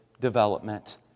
development